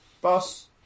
boss